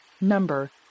Number